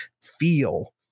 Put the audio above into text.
feel